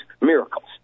miracles